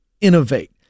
innovate